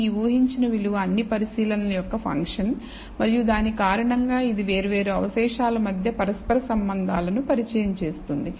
ఈ ఊహించిన విలువ అన్ని పరిశీలనల యొక్క ఫంక్షన్ మరియు దాని కారణంగా ఇది వేర్వేరు అవశేషాల మధ్య పరస్పర సంబంధాలను పరిచయం చేస్తుంది